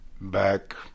back